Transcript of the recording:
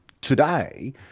today